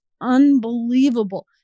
unbelievable